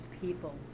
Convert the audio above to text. people